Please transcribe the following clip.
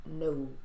no